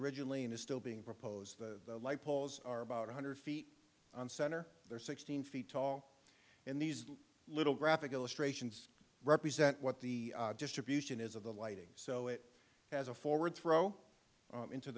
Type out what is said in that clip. originally and is still being proposed the light poles are about one hundred feet on center they're sixteen feet tall and these little graphic illustrations represent what the distribution is of the lighting so it has a forward throw